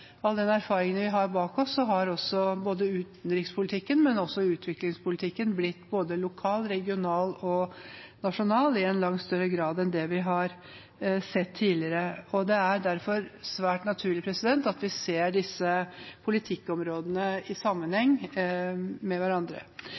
all den erfaringen vi har bak oss, har både utenrikspolitikken og også utviklingspolitikken blitt både lokal, regional og nasjonal i langt større grad enn det vi har sett tidligere. Det er derfor svært naturlig at vi ser disse politikkområdene i